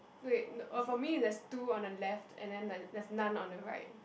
no wait no uh for me there's two on the left and then like there's none on the right